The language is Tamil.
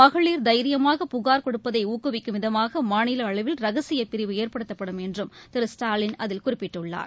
மகளிர் தைரியமாக புகார் கொடுப்பதைஊக்குவிக்கும் விதமாகமாநிலஅளவில் ரகசியபிரிவு ஏற்படுத்தப்படும் என்றும் திரு ஸ்டாலின் அதில் குறிப்பிட்டுள்ளார்